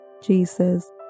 Jesus